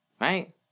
right